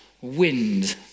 wind